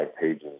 pages